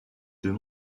deux